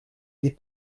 des